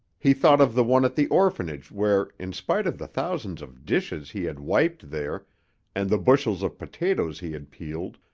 he thought of the one at the orphanage where, in spite of the thousands of dishes he had wiped there and the bushels of potatoes he had peeled,